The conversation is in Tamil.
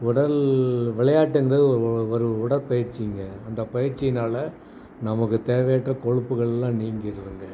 உடல் விளையாட்டுங்கிறது ஒரு ஒரு உடற்பயிற்சிங்க அந்த பயிற்சியினால் நமக்கு தேவையற்ற கொலுப்புகள் எல்லாம் நீங்கிருதுங்க